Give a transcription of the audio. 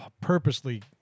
purposely